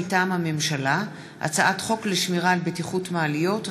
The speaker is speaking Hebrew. מטעם הממשלה: הצעת חוק לשמירה על בטיחות מעליות,